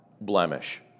blemish